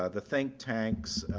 ah the think tanks,